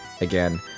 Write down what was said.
again